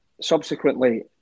Subsequently